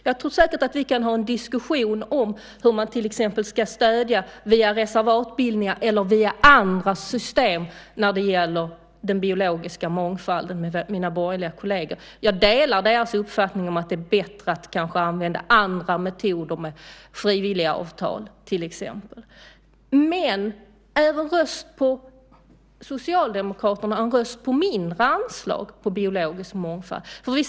Jag tror säkert att vi kan ha en diskussion med våra borgerliga kolleger om hur man till exempel ska stödja via reservatbildningar eller andra system när det gäller den biologiska mångfalden. Jag delar deras uppfattning att det kanske är bättre att använda andra metoder med till exempel frivilliga avtal. Men är en röst på Socialdemokraterna en röst på mindre anslag till biologisk mångfald?